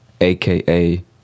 AKA